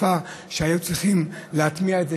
תקופה שהיו צריכים להטמיע את זה,